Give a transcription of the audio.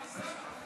מסך.